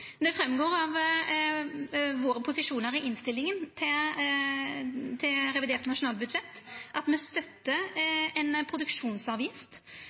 Det går fram av våre posisjonar i innstillinga til revidert nasjonalbudsjett at me støttar ei produksjonsavgift,